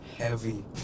heavy